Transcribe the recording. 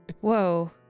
Whoa